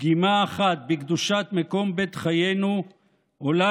פגימה אחת במקום קדושת בית חיינו עולה